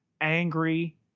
angry